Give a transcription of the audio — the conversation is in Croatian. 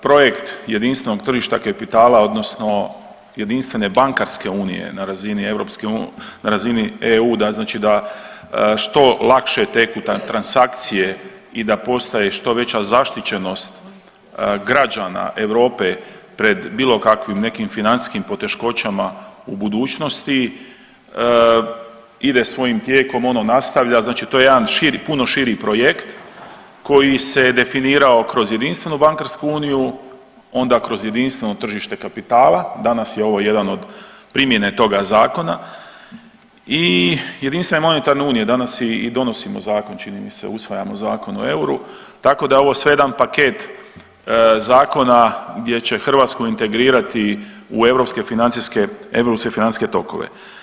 Projekt jedinstvenog tržišta kapitala odnosno jedinstvene bankarske unije na razini EU znači da što lakše teku ta transakcije i da postaje što već zaštićenost građana Europe pred bilo kakvim nekim financijskim poteškoćama u budućnosti, ide svojim tijekom, ono nastavlja, znači to je jedan širi, puno širi projekt koji se definirao kroz jedinstvenu bankarsku uniju, onda kroz jedinstveno tržište kapitala, danas je ovo jedan od primjene toga zakona i jedinstvene monetarne unije, danas i donosimo zakon, čini mi se, usvajamo Zakon o euru, tako da je sve ovo jedan paket zakona gdje će Hrvatsku integrirati u europske financijske tokove.